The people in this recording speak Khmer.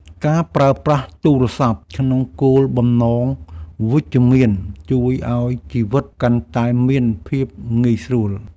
ការប្រើប្រាស់ទូរស័ព្ទក្នុងគោលបំណងវិជ្ជមាន ជួយឱ្យជីវិតកាន់តែមានភាពងាយស្រួល។